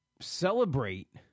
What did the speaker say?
celebrate